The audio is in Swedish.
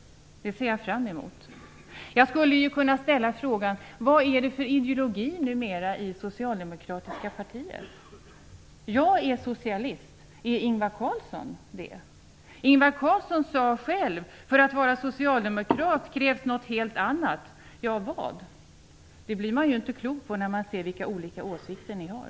Det ser jag fram mot. Jag skulle kunna ställa frågan: Vad är det för ideologi numera i det socialdemokratiska partiet? Jag är socialist - är Ingvar Carlsson det? Ingvar Carlsson sade själv: För att vara socialdemokrat krävs det något helt annat. Vad krävs det då? Det blir man inte klok på när man ser vilka olika åsikter ni har.